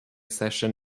session